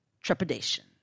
trepidation